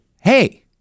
hey